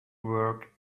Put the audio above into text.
work